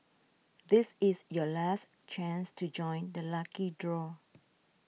this is your last chance to join the lucky draw